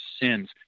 sins